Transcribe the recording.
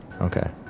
Okay